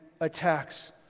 attacks